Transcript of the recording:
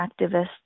activists